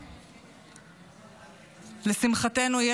לשמחתנו,